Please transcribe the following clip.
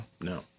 No